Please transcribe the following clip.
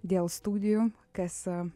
dėl studijų kas